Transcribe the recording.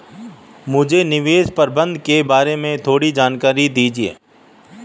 मुझे निवेश प्रबंधन के बारे में थोड़ी जानकारी दीजिए